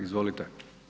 Izvolite.